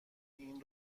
این